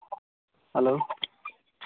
hello